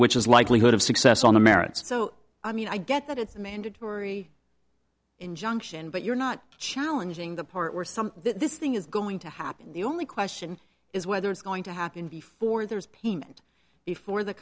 which is likelihood of success on the merits so i mean i get that it's a mandatory injunction but you're not challenging the part where some this thing is going to happen the only question is whether it's going to happen before there's payment before the